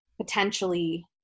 potentially